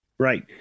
Right